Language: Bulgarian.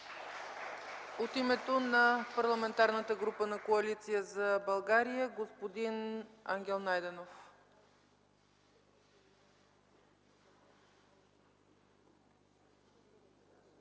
От името на Парламентарната група на Коалиция за България – господин Ангел Найденов.